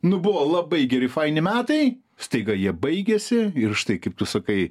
nu buvo labai geri faini metai staiga jie baigėsi ir štai kaip tu sakai